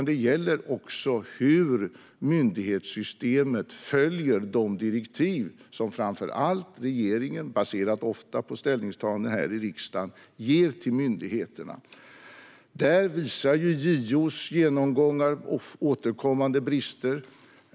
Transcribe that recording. Det gäller också hur myndighetssystemet följer de direktiv som framför allt regeringen ger till myndigheterna, ofta baserat på ställningstaganden här i riksdagen. Där visar JO:s genomgångar återkommande brister.